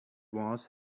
was